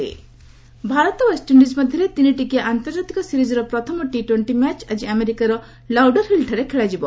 cricket Bharat West Indies ମଧ୍ୟରେ ତିନିଟିକିଆ ଆନ୍ତର୍ଜାତିକ ସିରିଜ୍ର ପ୍ରଥମ ଟି ଟୋର୍ଣ୍ଣି ମ୍ୟାଚ୍ ଆଜି ଆମେରିକାର ଲାଉଡରହିଲ୍ଠାରେ ଖେଳାଯିବ